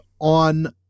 on